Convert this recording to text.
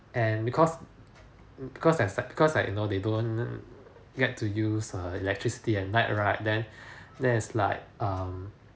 and because because as I because I know they don't get to use err electricity at night right then there is like um